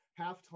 halftime